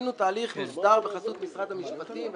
עשינו תהליך מוסדר בחסות משרד המשפטים,